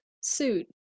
suit